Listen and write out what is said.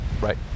Right